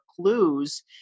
clues